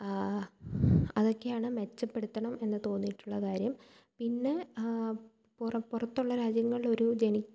അതക്കെയാണ് മെച്ചപ്പടുത്തണം എന്ന് തോന്നീട്ടുള്ള കാര്യം പിന്നെ പുറം പുറത്തുള്ള രാജ്യങ്ങളിലൊരു ജനി